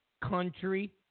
Country